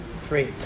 free